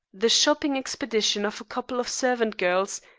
the shopping expedition of a couple of servant girls,